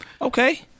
okay